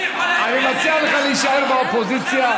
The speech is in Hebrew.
אני מציע לך להישאר באופוזיציה,